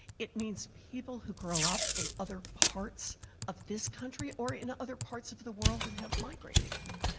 it means people who grow up in other parts of this country or in other parts of the world and have migrated here.